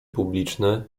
publiczne